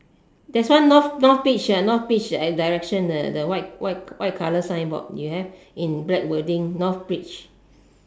there's one north north beach ah north beach that direction the the white white white colour signboard you have in black wording north beach